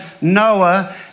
Noah